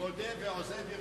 מודה ועוזב ירוחם.